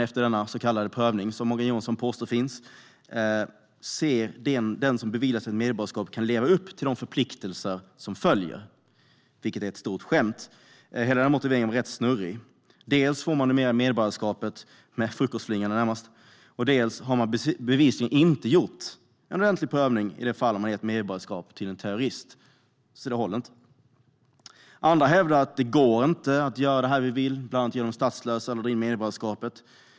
Efter denna så kallade prövning som Morgan Johansson påstår finns ser man om den som beviljas ett medborgarskap kan leva upp till de förpliktelser som följer. Det är ett stort skämt. Hela motiveringen var rätt snurrig. Dels får man numera medborgarskapet med frukostflingorna, närmast, dels har det bevisligen inte gjorts en ordentlig prövning i det fall en terrorist har fått medborgskap. Det håller inte. Andra hävdar att det inte går att göra det vi vill, bland annat att göra någon statslös och att dra in medborgarskapet.